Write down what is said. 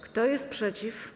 Kto jest przeciw?